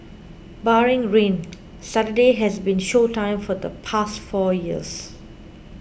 barring rain Saturday has been show time for the past four years